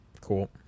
Cool